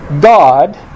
God